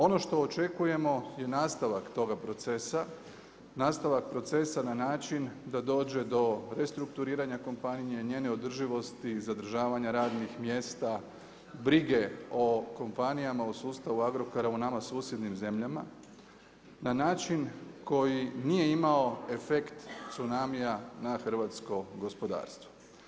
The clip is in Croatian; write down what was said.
Ono što očekujemo je nastavak toga procesa, nastavak procesa na način da dođe do restrukturiranja kompanije, njene održivosti, zadržavanja radnih mjesta, brige o kompanijama u sustavu Agrokora u nama susjednim zemljama na način koji nije imao efekt cunamia na hrvatsko gospodarstvo.